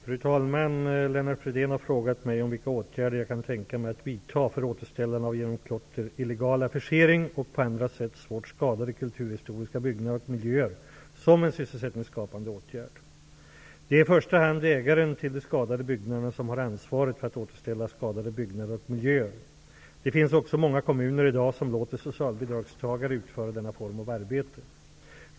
Fru talman! Lennart Fridén har frågat mig om vilka åtgärder jag kan tänka mig att vidta för återställandet av genom klotter, illegal affischering och på andra sätt svårt skadade kulturhistoriska byggnader och miljöer som en sysselsättningsskapande åtgärd. Det är i första hand ägaren till de skadade byggnaderna som har ansvaret för att återställa skadade byggnader och miljöer. Det finns också många kommuner i dag som låter socialbidragstagare utföra denna form av arbete.